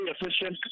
efficient